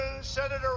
Senator